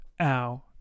ow